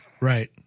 Right